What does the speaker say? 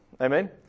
Amen